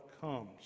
comes